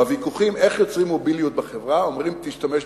בוויכוחים איך יוצרים מוביליות בחברה אומרים: תשתמש בחינוך.